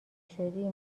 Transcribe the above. شدی